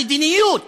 המדיניות